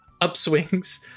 upswings